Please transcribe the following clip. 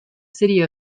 city